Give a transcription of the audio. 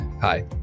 Hi